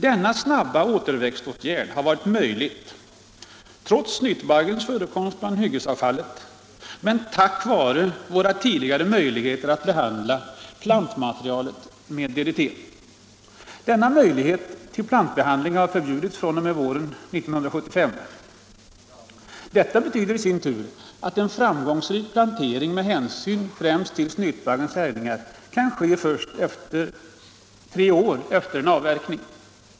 Denna snabba återväxtåtgärd har varit möjlig trots snytbaggens förekomst bland hyggesavfallet men tack vare de tidigare möjligheterna att behandla plantmaterialet med DDT. Denna möjlighet till plantbehandling har förbjudits fr.o.m. våren 1975. Detta betyder i sin tur att en framgångsrik plantering med hänsyn främst till snytbaggens härjningar kan ske först tre år efter en avverkning.